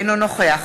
אינו נוכח